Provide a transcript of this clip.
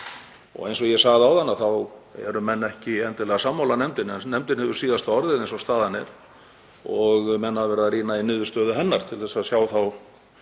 Eins og ég sagði áðan þá eru menn ekki endilega sammála nefndinni en nefndin hefur síðasta orðið eins og staðan er og menn hafa verið að rýna í niðurstöðu hennar til að sjá